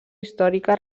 històrica